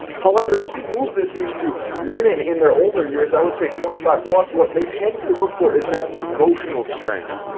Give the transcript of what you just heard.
however, if you move this into women in their older years, i would say twenty five plus, what they tend to look for is now emotional strength.